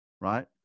right